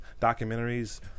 documentaries